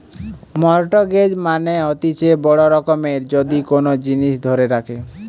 mortgage মানে হতিছে বড় রকমের যদি কোন জিনিস ধরে রাখে